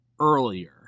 earlier